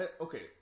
Okay